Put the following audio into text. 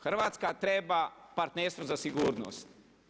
Hrvatska treba partnerstvo za sigurnost.